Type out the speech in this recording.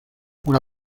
una